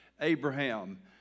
Abraham